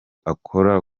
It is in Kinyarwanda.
akora